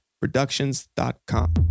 Productions.com